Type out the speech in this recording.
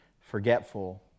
Forgetful